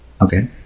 Okay